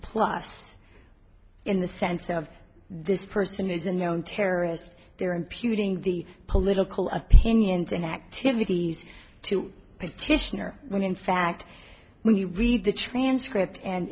plus in the sense of this person is a known terrorist they're impugning the political opinions and activities to petitioner when in fact when we read the transcript and